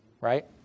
Right